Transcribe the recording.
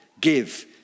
give